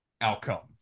outcome